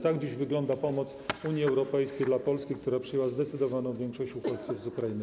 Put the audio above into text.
Tak dziś wygląda pomoc w Unii Europejskiej dla Polski, która przyjęła zdecydowaną większość uchodźców z Ukrainy.